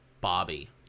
bobby